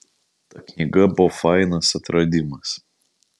ta knyga buvo fainas atradimas